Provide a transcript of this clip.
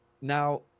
Now